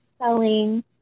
selling